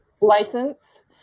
license